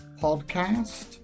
Podcast